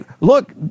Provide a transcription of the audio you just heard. Look